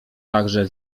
także